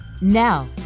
Now